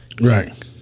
Right